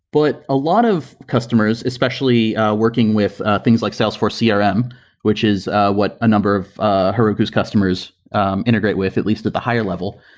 but a lot of customers, especially working with things like salesforce crm, ah um which is what a number of ah heroku's customers um integrate with, at least at the higher level,